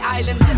Island